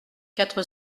quatre